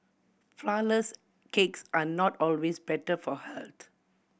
flourless cakes are not always better for health